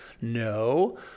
No